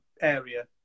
area